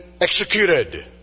executed